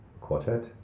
quartet